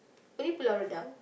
only Pulau Redang